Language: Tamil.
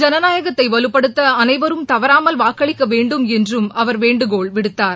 ஜனநாயகத்தை வலுப்படுத்த அனைவரும் தவறாமல் வாக்களிக்க வேண்டும் என்றும் அவர் வேண்டுகோள் விடுத்தார்